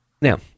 Now